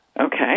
Okay